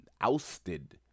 ousted